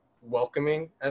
welcoming